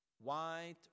white